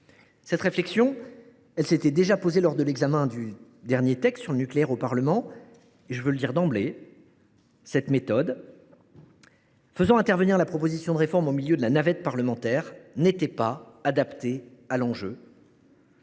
Cette réflexion s’était déjà imposée lors de l’examen du dernier texte sur le nucléaire au Parlement. Je veux le dire d’emblée, cette méthode, qui avait vu à l’époque intervenir la proposition de réforme au milieu de la navette parlementaire, n’était pas adaptée à l’enjeu,